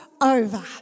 over